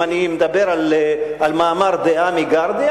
אם אני מדבר על מאמר דעה מה"Guardian",